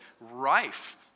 rife